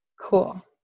cool